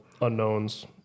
unknowns